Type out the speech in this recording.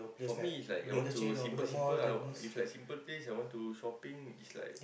for me is like you want to simple simple I if like simple place I want to shopping is like